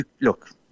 look